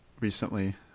recently